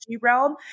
realm